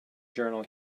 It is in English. journal